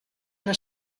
una